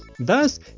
Thus